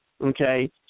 okay